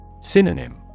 Synonym